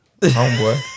homeboy